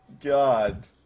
God